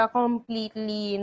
completely